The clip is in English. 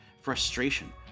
frustration